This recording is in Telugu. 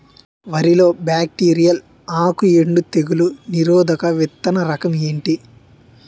వరి లో బ్యాక్టీరియల్ ఆకు ఎండు తెగులు నిరోధక విత్తన రకం ఏంటి?